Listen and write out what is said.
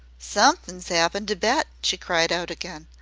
somethin's appened to bet! she cried out again.